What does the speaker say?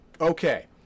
okay